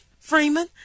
Freeman